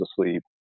asleep